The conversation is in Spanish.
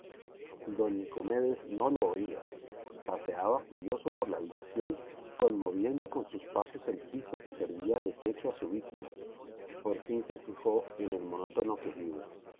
don nicomedes no lo oía paseaba furioso por la habitación conmoviendo con sus pasos el piso que servía de techo a su víctima por fin se fijó en el monótono quejido